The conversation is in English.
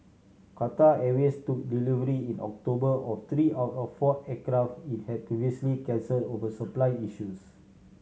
Qatar Airways took delivery in October of three out of four aircraft it had previously cancelled over supply issues